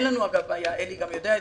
עלי גם יודע,